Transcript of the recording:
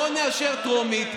בואו נאשר טרומית,